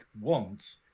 wants